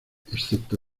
excepto